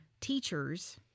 teachers